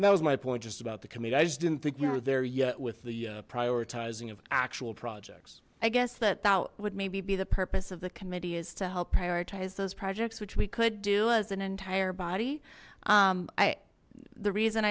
that was my point just about the committee i just didn't think we were there yet with the prioritizing of actual projects i guess that that would maybe be the purpose of the committee is to help prioritize those projects which we could do as an entire body i the reason